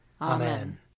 Amen